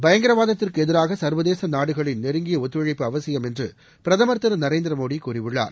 பயங்கரவாதத்திற்கு எதிராக சர்வதேச நாடுகளின் நெருங்கிய ஒத்துழைப்பு அவசியம் என்று பிரதமர் திரு நரேந்திர மோடி கூறியுள்ளார்